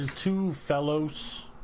two fellow's